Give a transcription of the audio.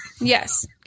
Yes